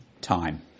time